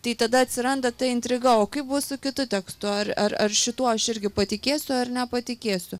tai tada atsiranda ta intriga o kaip bus su kitu tekstu ar ar ar šituo aš irgi patikėsiu ar nepatikėsiu